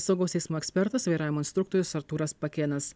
saugaus eismo ekspertas vairavimo instruktorius artūras pakėnas